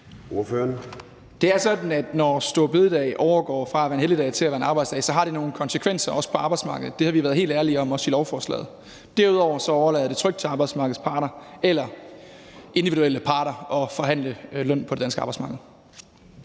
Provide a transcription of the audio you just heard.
Det er sådan, at når store bededag overgår fra at være en helligdag til at være en arbejdsdag, har det nogle konsekvenser, også på arbejdsmarkedet, og det har vi været helt ærlige om, også i lovforslaget. Derudover overlader jeg det trygt til arbejdsmarkedets parter og de individuelle parter at forhandle løn på det danske arbejdsmarked.